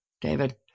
David